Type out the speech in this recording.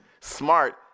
smart